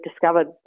discovered